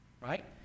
right